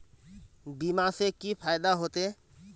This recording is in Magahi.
बीमा से की फायदा होते?